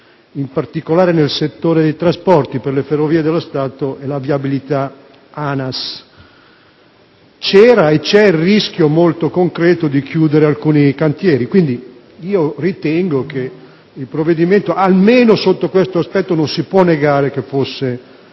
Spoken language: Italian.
in particolare nel settore dei trasporti, per le Ferrovie dello Stato e la viabilità ANAS. Vi era e vi è il rischio molto concreto di chiudere alcuni cantieri. Quindi ritengo che il provvedimento, almeno sotto questo aspetto, non si può negare fosse